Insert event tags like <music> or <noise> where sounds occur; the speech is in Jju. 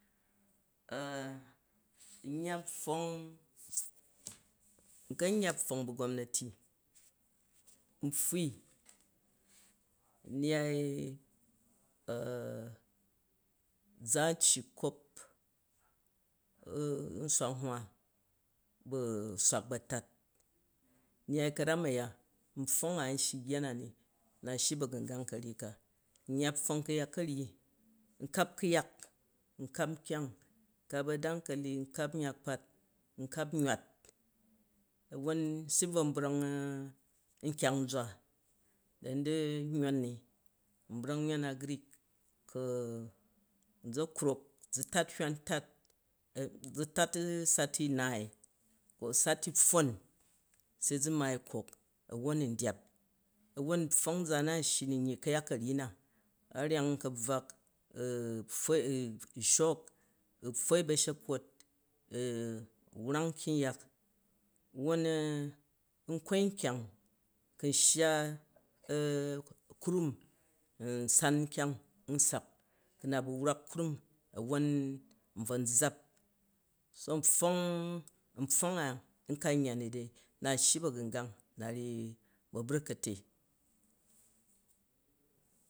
<hesitation> ayya pfwong n kan yya pfwong bu̱ gomnati n pffui, nyai u̱ <hesitation> ʒo ui kop <hesitation> nswale nturo bu̱ swak bu̱ a̱tat, nyyi kiran aya npfwong a n shyi yya na ni na shyi bagungang, n yya pfwong kayal karyyi, n kae kuyak n kap nkyang, n kap adamkali nkap yak kpat n kap myat, awon n si bvon braky nlyang nʒwa da ni di myon ni, n brong yon agric, kanʒa krok ʒa tat hywan tat, ʒu tat sati naai, sati pffon, se ʒu naai kok awon ndyap awon npfwong nʒan na n shyn nyyi kayat karyyi na, a nyang kabowa, u pfwoi, <hesitation> shok, nfwoi bashekamit <hesitation> u wrang nkyang yak won u n kiro nkyang kan shya kran <hesitation> kurai nkyang n sak ku̱ aa ba̱ wrak krum awon n bvon ʒaap. Bo npfwong nfwong n kan yya ni dai na shyyi bagangang, na ryyi babunkate